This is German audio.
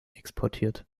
exportiert